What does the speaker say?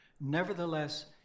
Nevertheless